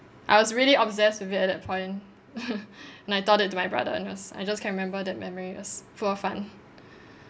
I was really obsessed with it at that point and I taught it to my brother and it was I just can remember that memory it was full of fun